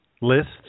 lists